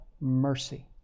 mercy